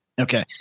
Okay